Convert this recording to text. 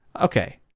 Okay